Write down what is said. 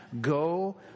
go